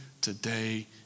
today